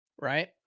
right